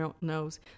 knows